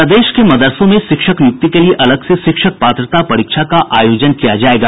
प्रदेश के मदरसों में शिक्षक नियुक्ति के लिए अलग से शिक्षक पात्रता परीक्षा का आयोजन किया जायेगा